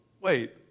wait